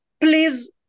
Please